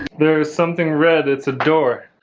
there is something red. it's a door.